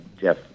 Jeff